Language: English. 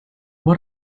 what